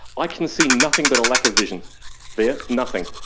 i can see nothing but a lack of vision there, nothing.